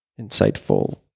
insightful